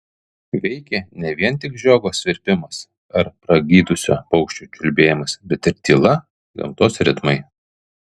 veikė ne vien tik žiogo svirpimas ar pragydusio paukščio čiulbėjimas bet ir tyla gamtos ritmai